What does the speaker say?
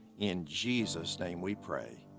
in jesus' name we pray.